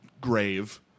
grave